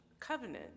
covenant